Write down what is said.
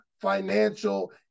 financial